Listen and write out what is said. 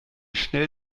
schnell